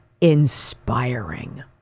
inspiring